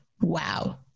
wow